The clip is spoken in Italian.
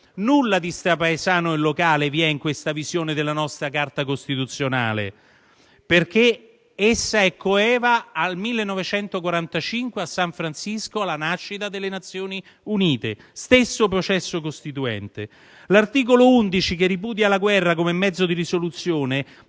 Nulla di strapaesano e locale vi è in questa visione della nostra Carta costituzionale perché essa è coeva alla nascita delle Nazioni Unite nel 1945 a San Francisco: stesso processo costituente. L'articolo 11, che ripudia la guerra come mezzo di risoluzione